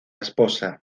esposa